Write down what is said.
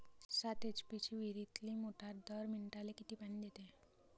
सात एच.पी ची विहिरीतली मोटार दर मिनटाले किती पानी देते?